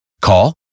Call